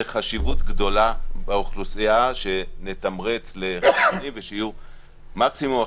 חשיבות גדולה שנתמרץ לחיסונים ושיהיו מקסימום החיסונים,